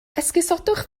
esgusodwch